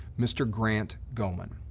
mr. grant gohmann.